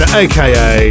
aka